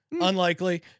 Unlikely